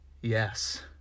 yes